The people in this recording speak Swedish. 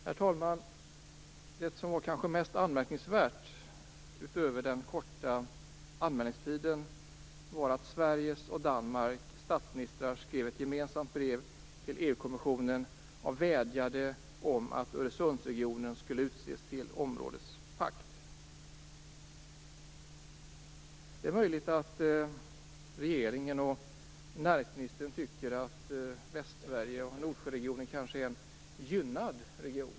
Herr talman! Det som kanske var mest anmärkningsvärt, utöver den korta anmälningstiden, var att Sveriges och Danmarks statsministrar skrev ett gemensamt brev till EU-kommissionen och vädjade om att Öresundsregionen skulle utses till områdespakt. Det är möjligt att regeringen och näringsministern tycker att Västsverige och Nordsjöregionen är en gynnad region.